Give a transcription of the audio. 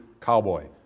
cowboy